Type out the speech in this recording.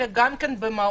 אלא גם במהות.